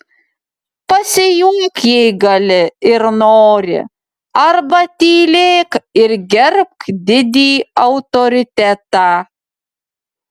pasijuok jei gali ir nori arba tylėk ir gerbk didį autoritetą